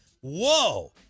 whoa